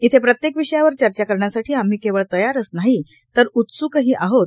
इथे प्रत्येक विषयावर चर्चा करण्यासाठी आम्ही केवळ तयारच नाही तर उत्स्कही आहोत